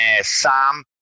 sam